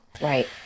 Right